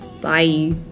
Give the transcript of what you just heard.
Bye